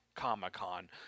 Comic-Con